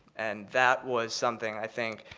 and that was something i think,